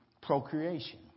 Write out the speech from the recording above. procreation